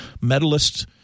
medalist